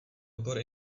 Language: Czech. obor